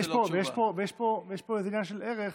יש פה איזה עניין של ערך